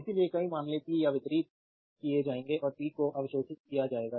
इसलिए कई मामले p या वितरित किए जाएंगे और p को अवशोषित किया जाएगा